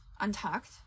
Untucked